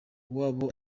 kwabo